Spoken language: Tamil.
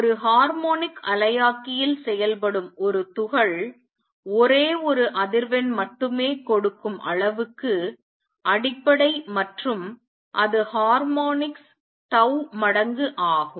ஒரு ஹார்மோனிக் அலையாக்கியில் செயல்படும் ஒரு துகள் ஒரே ஒரு அதிர்வெண் மட்டுமே கொடுக்கும் அளவுக்கு அடிப்படை மற்றும் அது ஹார்மோனிக்ஸ் tau மடங்கு ஆகும்